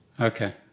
Okay